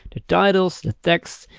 the titles, the text,